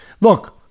Look